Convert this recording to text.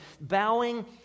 Bowing